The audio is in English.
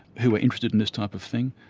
who are interested in this type of thing.